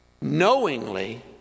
knowingly